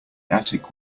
attic